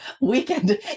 weekend